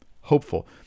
hopeful